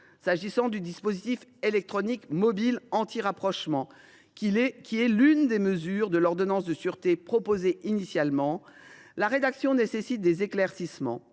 concerne le dispositif électronique mobile antirapprochement, qui est l’une des mesures de l’ordonnance de sûreté proposée initialement, la rédaction nécessite des éclaircissements,